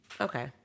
Okay